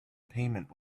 payment